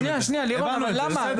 לירון, למה?